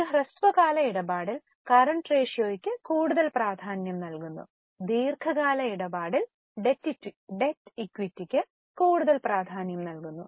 ഒരു ഹ്രസ്വകാല ഇടപാടിൽ കറന്റ് റേഷ്യോക് കൂടുതൽ പ്രാധന്യം നൽകുന്നു ഒരു ദീർഘകാല ഇടപാടിൽ ഡെറ്റ് ഇക്വിറ്റിക്ക് കൂടുതൽ പ്രാധാന്യം നൽകുന്നു